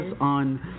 on